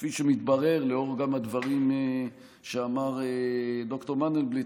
כפי שמתברר גם לאור הדברים שאמר ד"ר מנדלבליט,